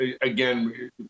again